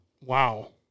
Wow